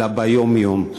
אלא ביום-יום.